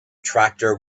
tractor